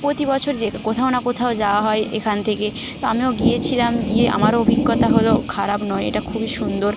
প্রতি বছর যে কোথাও না কোথাও যাওয়া হয় এখান থেকে তো আমিও গিয়েছিলাম গিয়ে আমারও অভিজ্ঞতা হল খারাপ নয় এটা খুবই সুন্দর